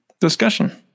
discussion